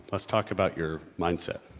let's talk about your mindset.